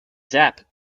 zip